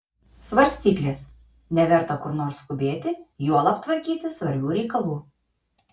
svarstyklės neverta kur nors skubėti juolab tvarkyti svarbių reikalų